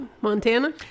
montana